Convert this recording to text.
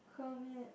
Kermit